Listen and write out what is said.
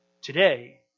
today